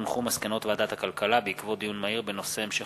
מסקנות ועדת הכלכלה בעקבות דיון מהיר בנושא: המשך